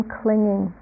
clinging